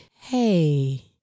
hey